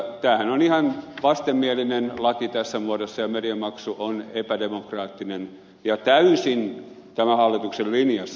tämähän on ihan vastenmielinen laki tässä muodossa ja mediamaksu on epädemokraattinen ja täysin tämän hallituksen linjassa